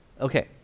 Okay